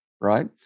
right